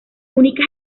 únicas